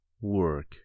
Work